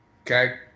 Okay